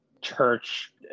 church